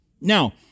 Now